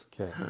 Okay